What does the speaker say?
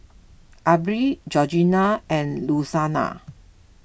Aubree Georgina and Louanna